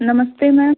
नमस्ते मैम